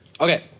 Okay